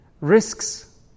Risks